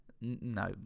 no